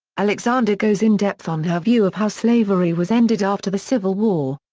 alexander goes in depth on her view of how slavery was ended after the civil war.